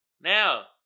Now